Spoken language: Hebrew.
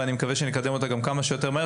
ואני מקווה שגם נקדם אותה כמה שיותר מהר,